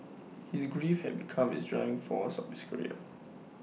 his grief had become his driving force of his career